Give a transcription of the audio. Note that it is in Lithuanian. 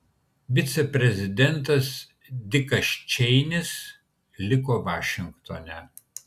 viceprezidentas dikas čeinis liko vašingtone